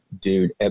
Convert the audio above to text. dude